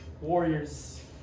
Warriors